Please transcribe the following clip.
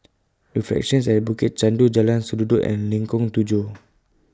Reflections At Bukit Chandu Jalan Sendudok and Lengkong Tujuh